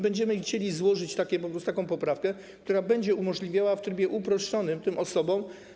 Będziemy chcieli złożyć po prostu poprawkę, która będzie umożliwiała w trybie uproszczonym tym osobom.